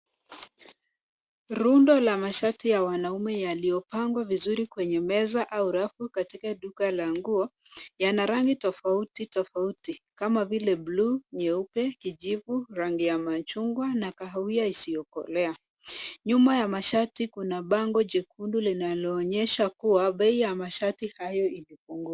Rundo la mashati ya wanaume yaliopangwa vizuri kwenye meza au rafu katika duka la nguo yana rangi tofautitofauti kama vile buluu, nyeupe, kijivu, rani ya machungwa na kahawia isiyokolea. Nyuma ya mashati kuna bango jekundu linaloonyesha kuwa bei ya mashati hayo ilipunguzwa.